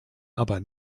aber